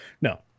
No